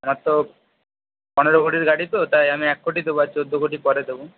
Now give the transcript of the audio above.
আমার তো পনেরো কোটির গাড়ি তো তাই আমি এক কোটি দেবো আর চোদ্দো কোটি পরে দেবো